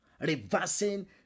reversing